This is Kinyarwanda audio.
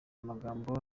magambo